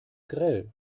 grell